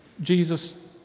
Jesus